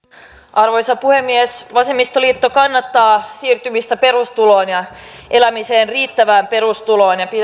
arvoisa puhemies vasemmistoliitto kannattaa siirtymistä elämiseen riittävään perustuloon ja